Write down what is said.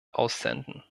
aussenden